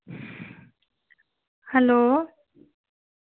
hello